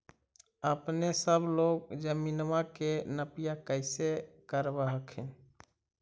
अपने सब लोग जमीनमा के नपीया कैसे करब हखिन?